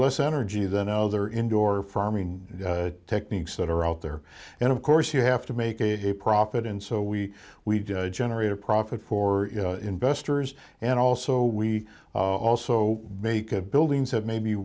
less energy than other indoor farming techniques that are out there and of course you have to make a profit and so we we generate a profit for investors and also we also make a buildings have maybe